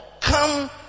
come